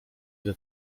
ile